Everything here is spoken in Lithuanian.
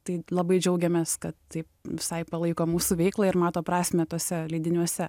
tai labai džiaugiamės kad taip visai palaiko mūsų veiklą ir mato prasmę tuose leidiniuose